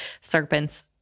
serpents